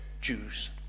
Jews